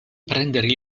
prendere